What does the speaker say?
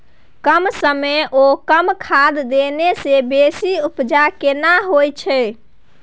कम समय ओ कम खाद देने से बेसी उपजा केना होय छै?